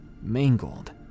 mangled